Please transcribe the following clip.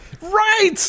Right